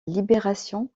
libération